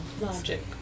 Logic